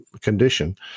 condition